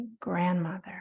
grandmother